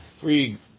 free